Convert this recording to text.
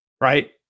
right